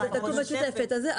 כתוב שזה צריך להיות בוועדה משותפת.